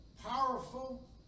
Powerful